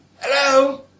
Hello